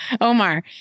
Omar